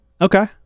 Okay